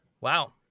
Wow